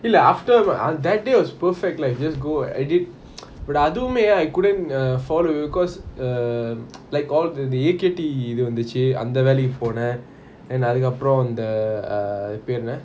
இல்ல:illa after th~ that was perfect life just go and edit எதுவுமே:athuvumey I couldn't follow because um like இது வந்துச்சி அந்த வெள்ளைக்கி போனான்:ithu vanthuchi antha vellaiki ponan the uh அது பெரு என்ன:athu peru enna